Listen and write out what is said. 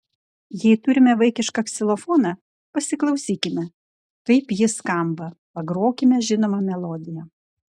jei turime vaikišką ksilofoną pasiklausykime kaip jis skamba pagrokime žinomą melodiją